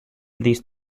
these